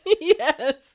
Yes